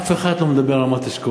אף אחד לא מדבר על רמת-אשכול,